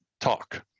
talk